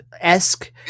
esque